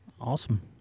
awesome